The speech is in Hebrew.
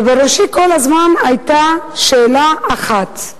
ובראשי כל הזמן היתה שאלה אחת.